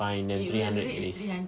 fine then three hundred it is